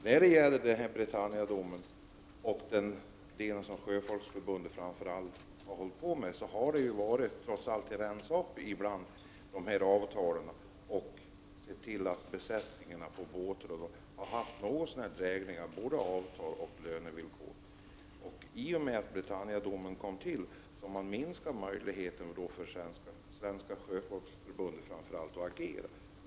När det gäller Britannia-domen, och framför allt den del som Sjöfolksförbundet har hållit på med, har det trots allt skett en viss upprensning bland avtalen, och man har sett till att besättningarna på båtarna har haft något så när drägliga avtal och lönevillkor. I och med att Britannia-domen kom till har man minskat möjligheten för framför allt Svenska sjöfolksförbundet att agera.